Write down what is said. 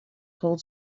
told